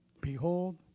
Behold